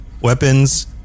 weapons